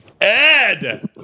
Ed